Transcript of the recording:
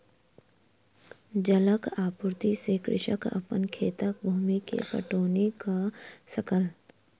जलक आपूर्ति से कृषक अपन खेतक भूमि के पटौनी कअ सकल